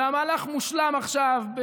והמהלך מושלם עכשיו.